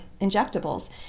injectables